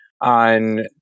on